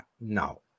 No